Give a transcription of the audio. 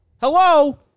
Hello